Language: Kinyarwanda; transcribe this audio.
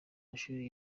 mashuri